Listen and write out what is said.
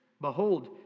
Behold